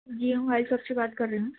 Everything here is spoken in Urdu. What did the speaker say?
جی موبائل شاپ سے بات کر رہی ہوں